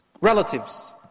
relatives